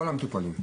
לכל המטופלים.